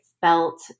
felt